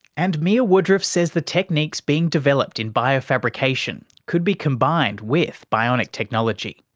and mia woodruff says the techniques being developed in biofabrication could be combined with bionic technology.